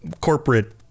corporate